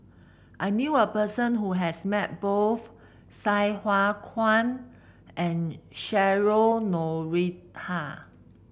I knew a person who has met both Sai Hua Kuan and Cheryl Noronha